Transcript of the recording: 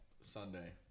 Sunday